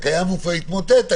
הוא כבר התמוטט,